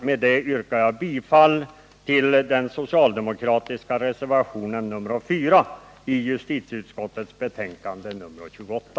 Med detta yrkar jag bifall till den socialdemokratiska reservationen nr 4 i justitieutskottets betänkande nr 28.